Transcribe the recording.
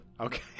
Okay